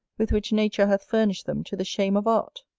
with which nature hath furnished them to the shame of art.